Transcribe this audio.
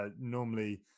normally